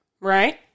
Right